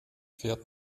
fährt